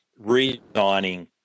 redesigning